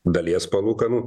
dalies palūkanų